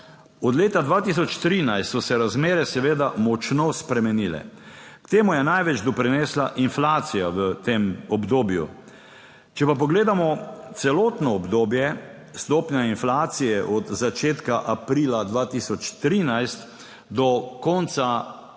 (Nadaljevanje) so se razmere seveda močno spremenile, k temu je največ doprinesla inflacija v tem obdobju. Če pa pogledamo celotno obdobje stopnja inflacije od začetka aprila 2013 do konca